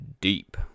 deep